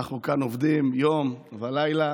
אנחנו כאן עובדים יום ולילה,